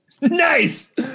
Nice